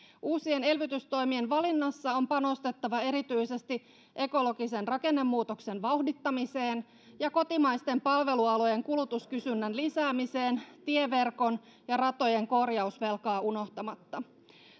uusien elvytystoimien valinnassa on panostettava erityisesti ekologisen rakennemuutoksen vauhdittamiseen ja kotimaisten palvelualojen kulutuskysynnän lisäämiseen tieverkon ja ratojen korjausvelkaa unohtamatta